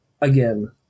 again